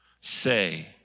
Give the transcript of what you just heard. say